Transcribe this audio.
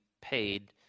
paid